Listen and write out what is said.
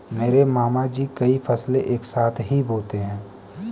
मेरे मामा जी कई फसलें एक साथ ही बोते है